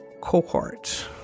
cohort